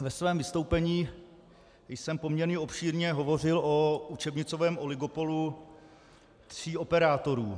Ve svém vystoupení jsem poměrně obšírně hovořil o učebnicovém oligopolu tří operátorů.